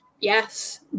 Yes